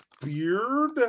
beard